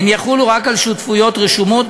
הן יחולו רק על שותפויות רשומות.